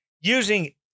using